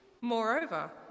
Moreover